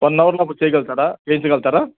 one hour లోపల చేయగల్గురా చేయించగల్గుతారా